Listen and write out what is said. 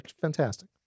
Fantastic